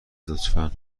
لطفا